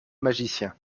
magicien